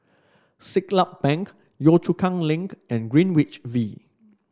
Siglap Bank Yio Chu Kang Link and Greenwich V